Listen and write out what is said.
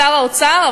שר האוצר,